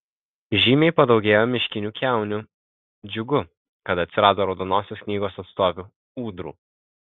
žymiai padaugėjo miškinių kiaunių džiugu kad atsirado raudonosios knygos atstovių ūdrų